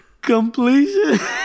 Completion